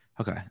Okay